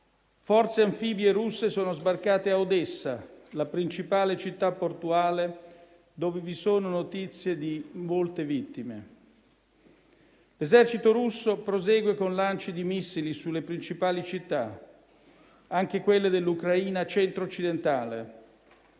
Forze anfibie russe sono sbarcate a Odessa, la principale città portuale, dove vi sono notizie di molte vittime. L'esercito russo prosegue con lanci di missili sulle principali città, anche quelle dell'Ucraina centro-occidentale.